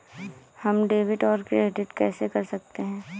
हम डेबिटऔर क्रेडिट कैसे कर सकते हैं?